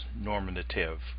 normative